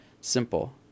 Simple